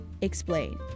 explain